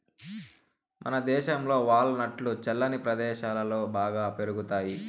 మనదేశంలో వాల్ నట్లు చల్లని ప్రదేశాలలో బాగా పెరుగుతాయి